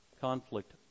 conflict